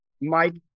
Mike